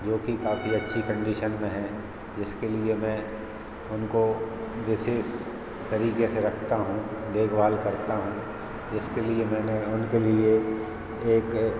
जो कि काफ़ी अच्छी कंडीशन में हैं जिसके लिए मैं उनको विशेष तरीके से रखता हूँ देखभाल करता हूँ जिसके लिए मैंने उनके लिए एक